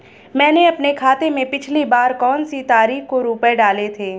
मैंने अपने खाते में पिछली बार कौनसी तारीख को रुपये डाले थे?